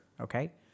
okay